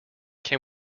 can